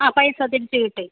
ആ പൈസ തിരിച്ച് കിട്ടി